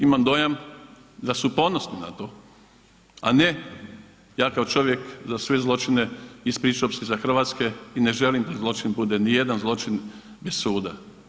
Imam dojam da su ponosni na to a ne ja kao čovjek za sve zločine ispričao bih se za hrvatske i ne želim da zločin bude, niti jedan zločin bez suda.